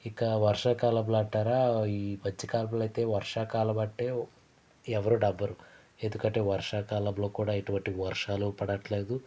ఇక వర్షాకాలంలో అంటారా ఈ మధ్యకాలంలో అయితే వర్షాకాలం అంటే ఎవరు నమ్మరు ఎందుకంటే వర్షాకాలంలో కూడా ఎటువంటి వర్షాలు పడట్లేదు